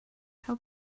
how